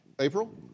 April